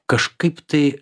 kažkaip tai